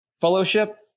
fellowship